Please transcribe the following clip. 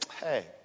hey